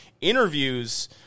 Interviews